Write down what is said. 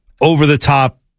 over-the-top